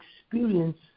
experience